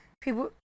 people